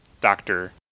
doctor